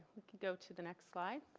we can go to the next slide.